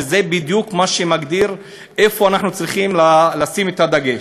וזה בדיוק מה שמגדיר איפה אנחנו צריכים לשים את הדגש.